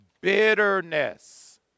bitterness